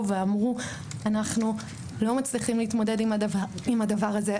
ואמרו: אנחנו לא מצליחים להתמודד עם הדבר הזה,